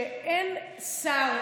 ואין שר,